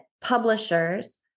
publishers